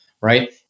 right